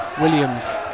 Williams